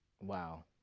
Wow